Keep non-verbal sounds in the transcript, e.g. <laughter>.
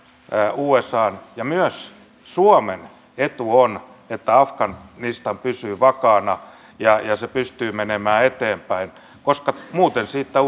usan ja myös suomen etu on että afganistan pysyy vakaana ja se pystyy menemään eteenpäin koska muuten siitä <unintelligible>